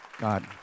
God